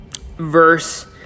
verse